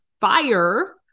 fire